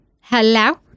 Hello